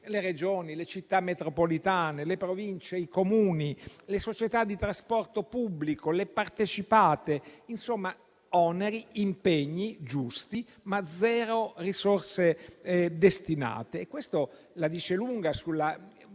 le Regioni e le città metropolitane, le Province, i Comuni, le società di trasporto pubblico e le partecipate. Oneri e impegni giusti, ma zero risorse destinate: questo la dice lunga